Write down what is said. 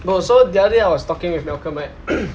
bro so the other day I was talking with malcolm right